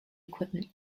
equipment